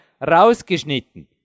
rausgeschnitten